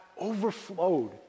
overflowed